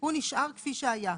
הוא נשאר כפי שהיה.